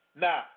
now